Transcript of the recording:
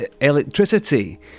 electricity